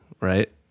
Right